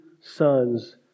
sons